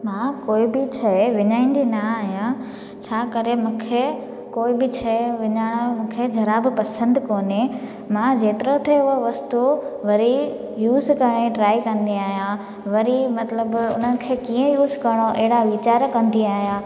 मां कोई बि शइ विञाईंदी न आहियां छा करे मूंखे कोई बि शइ विञाइणु मूंखे जरा बि पसंदि कोन्हे मां जेतिरो थिए उहो वस्तू वरी यूस करण जी ट्राए कंदी आहियां वरी मतिलबु उन्हनि खे कीअं यूस करिणो अहिड़ा वीचार कंदी आहियां